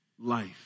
Life